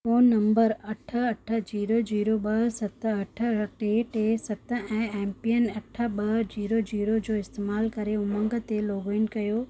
phone number अठ अठ zero zero ॿ सत अठ टे टे सत ऐं एम पिन अठ ॿ ज़ीरो ज़ीरो जो इस्तेमाल करे उमंग ते लोगइन करियो